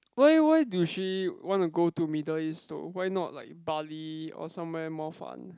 why why do she want to go to Middle East though why not like Bali or somewhere more fun